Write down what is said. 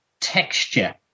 texture